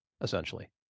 essentially